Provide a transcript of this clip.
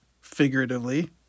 figuratively